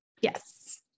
yes